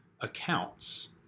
accounts